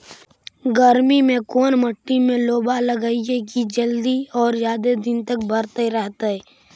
गर्मी में कोन मट्टी में लोबा लगियै कि जल्दी और जादे दिन तक भरतै रहतै?